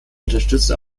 unterstützt